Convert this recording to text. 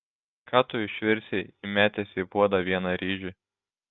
ką tu išvirsi įmetęs į puodą vieną ryžį